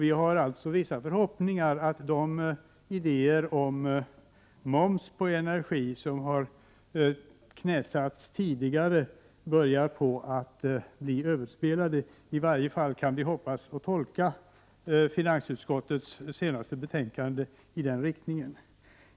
Vi har vissa förhoppningar om att de idéer om moms på energi som tidigare har knäsatts börjar att bli överspelade, vi kan i alla fall tolka finansutskottets senaste betänkande i den riktningen.